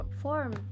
form